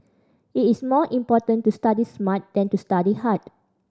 it is more important to study smart than to study hard